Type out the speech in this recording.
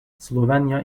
slovenya